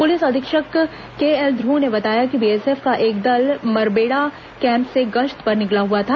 police अधीक्षक KL Dhruv ने बताया कि बीएसएफ का एक दल मरबेड़ा कैंप से गश्त पर निकला हुआ था